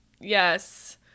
Yes